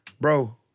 Bro